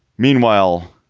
meanwhile,